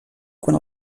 quan